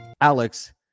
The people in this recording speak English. Alex